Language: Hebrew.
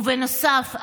ובנוסף,